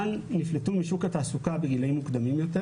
אבל נפלטו משוק התעסוקה בגילאים מוקדמים יותר